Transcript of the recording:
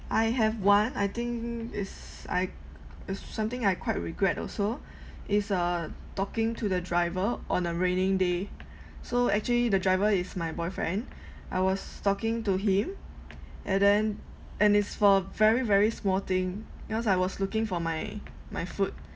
I have one I think is I is something I quite regret also is uh talking to the driver on a raining day so actually the driver is my boyfriend I was talking to him and then and it's for very very small thing because I was looking for my my food